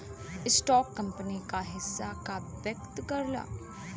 stock company क हिस्सा का व्यक्त करला